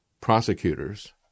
prosecutors